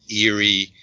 eerie